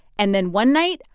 and then one night,